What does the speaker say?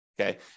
okay